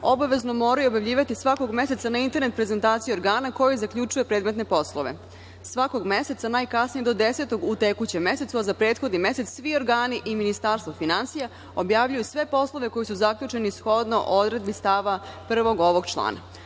obavezno moraju objavljivati svakog meseca na internet prezentaciji organa koji zaključuje predmetne poslove. Svakog meseca najkasnije do desetog u tekućem mesecu, a za prethodni mesec, svi organi i Ministarstvo finansija objavljuje sve poslove koji su zaključeni shodno odredbi stava prvog ovog člana.“U